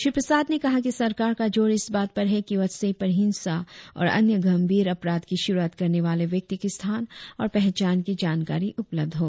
श्री प्रसाद ने कहा कि सरकार का जोर इस बात पर है कि व्हाट्सऐप पर हिंसा और अन्य गंभीर अपराध की शुरुआत करने वाले व्यक्ति के स्थान और पहचान की जानकारी उपलब्ध हो